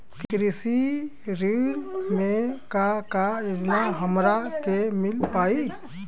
कृषि ऋण मे का का योजना हमरा के मिल पाई?